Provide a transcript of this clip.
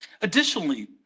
Additionally